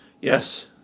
Yes